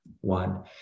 one